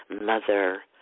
mother